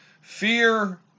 Fear